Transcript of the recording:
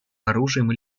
оружием